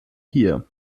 hier